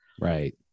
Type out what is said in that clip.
right